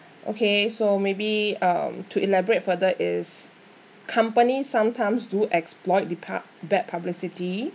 okay so maybe um to elaborate further is company sometimes do exploit the pub~ bad publicity